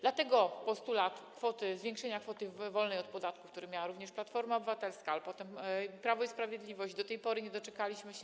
Dlatego postulat zwiększenia kwoty wolnej od podatku, który miała również Platforma Obywatelska, a potem Prawo i Sprawiedliwość, do tej pory nie doczekaliśmy się.